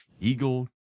Eagle